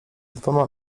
dwoma